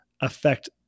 affect